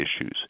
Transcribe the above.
issues